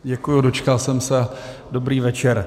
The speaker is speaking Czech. Děkuji, dočkal jsem se, dobrý večer.